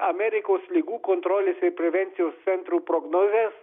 amerikos ligų kontrolės ir prevencijos centrų prognozes